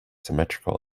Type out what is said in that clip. symmetrical